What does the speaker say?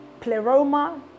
Pleroma